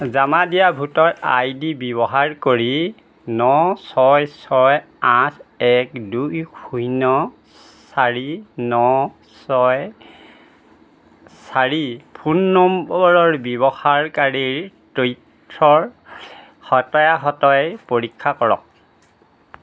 জমা দিয়া voter I D ব্যৱহাৰ কৰি ন ছয় ছয় আঠ এক দুই শূন্য চাৰি ন চাৰি ফোন নম্বৰৰ ব্যৱহাৰকাৰীৰ তথ্যৰ সত্য়াসত্য় পৰীক্ষা কৰক